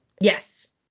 Yes